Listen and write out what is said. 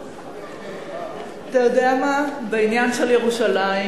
אתה יודע מה, בעניין של ירושלים